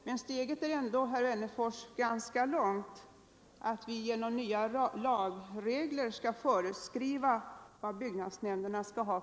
Men steget är ändå, herr Wennerfors, ganska långt till att genom nya lagregler föreskriva vilken sakkunskap byggnadsnämnderna skall ha.